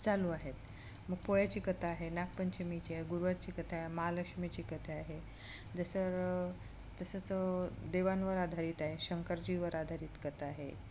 चालू आहेत मग पोळ्याची कथा आहे नागपंचमीची आहे गुरुवारची कथा आहे महालक्ष्मीची कथा आहे जसं तसंचं देवांवर आधारित आहे शंकरजीवर आधारित कथा आहे